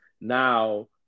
Now